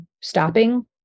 stopping